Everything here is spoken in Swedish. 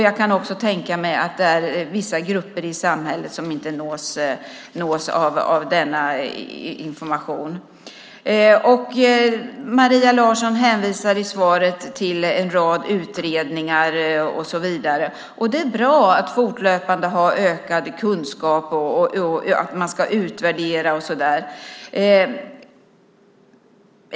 Jag kan också tänka mig att det är vissa grupper i samhället som inte nås av denna information. Maria Larsson hänvisar i svaret till en rad utredningar. Det är bra att fortlöpande få ökad kunskap, att man ska utvärdera och så vidare.